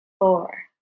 four